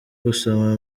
gusoma